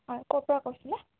হয় ক'ৰ পৰা কৈছিলে